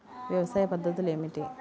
వ్యవసాయ పద్ధతులు ఏమిటి?